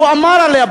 הוא אמר עליה.